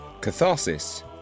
Catharsis